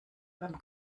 beim